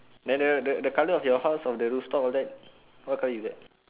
then the the the colour of your house of the roof top all that what colour is that